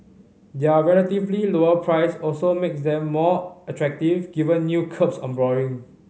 their relatively lower price also makes them more attractive given new curbs on borrowing